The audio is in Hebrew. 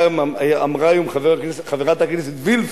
אמרה היום חברת הכנסת וילף